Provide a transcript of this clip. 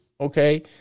okay